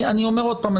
אני אומר עוד פעם,